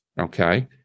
okay